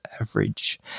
average